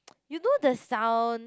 you know the sound